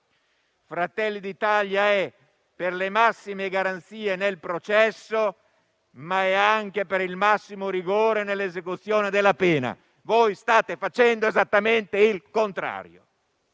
Fratelli d'Italia è per le massime garanzie nel processo, ma è anche per il massimo rigore nell'esecuzione della pena. Voi state facendo esattamente il contrario.